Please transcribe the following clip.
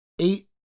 eight